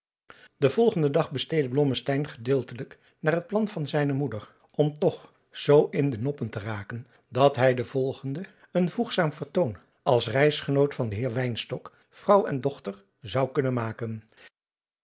den volgenden dag besteedde blommesteyn gedeeltelijk naar het plan van zijne moeder om toch zoo in de noppen te raken dat hij den volgenden een voegzaam vertoon als reisgenoot van den heer wynstok vrouw en dochter zou kunnen maken